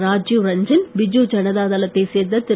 ராஜிவ் ரஞ்சன் பிஜு ஜனதா தளத்தை சேர்ந்த திரு